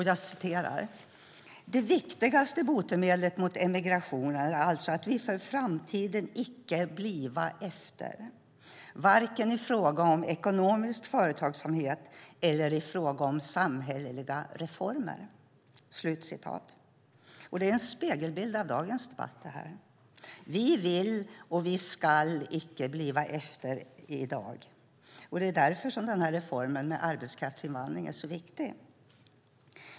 Jag citerar: "Det viktigaste botemedlet mot emigrationen är alltså att vi för framtiden icke blifva efter, varken i fråga om ekonomisk företagsamhet eller i fråga om samhälleliga reformer". Det är en spegelbild av dagens debatt. Vi varken vill eller ska "blifva efter", och det är därför denna reform för arbetskraftsinvandring är så viktig.